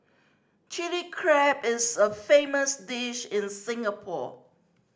Chilli Crab is a famous dish in Singapore